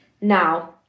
now